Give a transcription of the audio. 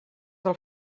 del